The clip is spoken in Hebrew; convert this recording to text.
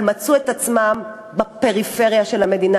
אבל הם מצאו את עצמם בפריפריה של המדינה,